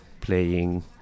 playing